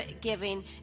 giving